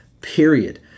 period